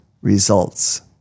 results